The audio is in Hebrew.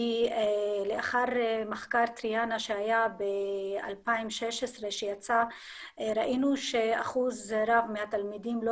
לאחר מחקר טריאנה שהיה ב-2016 שיצא ראינו שאחוז גבוה של התלמידים לא